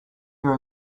your